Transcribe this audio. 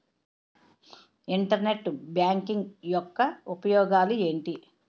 Internet banking యెక్క ఉపయోగాలు ఎంటి?